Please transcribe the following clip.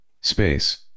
space